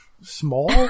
small